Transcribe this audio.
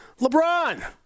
LeBron